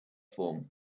form